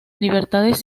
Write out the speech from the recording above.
libertades